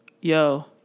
yo